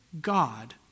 God